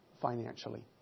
financially